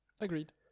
Agreed